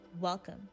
Welcome